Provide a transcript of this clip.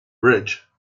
bridge